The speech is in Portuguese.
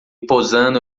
posando